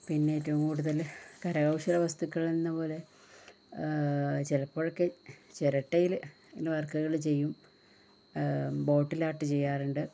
പിന്നെ ഏറ്റവും കൂടുതല് കരകൗശല വസ്തുക്കളെന്ന പോലെ ചിലപ്പോഴൊക്കെ ചിരട്ടിയില് ഇങ്ങനെ വർക്ക്കള് ചെയ്യും ബോട്ടിൽ ആർട്ട് ചെയ്യാറുണ്ട്